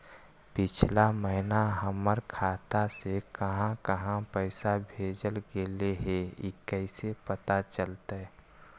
पिछला महिना हमर खाता से काहां काहां पैसा भेजल गेले हे इ कैसे पता चलतै?